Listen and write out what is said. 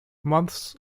months